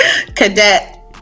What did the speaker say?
Cadet